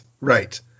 right